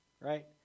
right